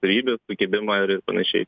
savybes sukibimą ir ir panašiai